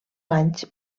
anys